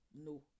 No